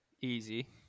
Easy